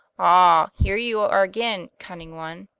ah, here you are again, cunning one!